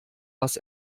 was